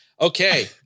Okay